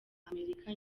amerika